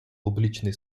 публічний